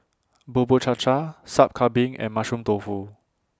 Bubur Cha Cha Sup Kambing and Mushroom Tofu